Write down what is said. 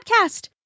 podcast